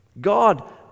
God